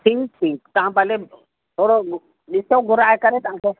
जी जी तव्हां भले थोरो ॾिसो घुराए करे तव्हांखे